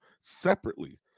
separately